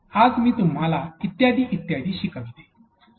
आज मी तुम्हाला इत्यादि इत्यादि शिकवते